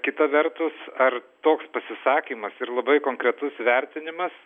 kita vertus ar toks pasisakymas ir labai konkretus vertinimas